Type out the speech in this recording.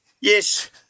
Yes